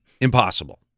Impossible